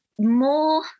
more